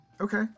Okay